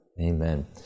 Amen